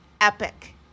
epic